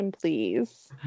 please